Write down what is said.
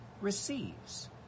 receives